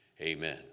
amen